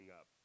up